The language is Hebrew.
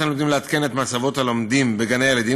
הלימודים לעדכן את מצבות הלומדים בגני-הילדים,